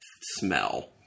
smell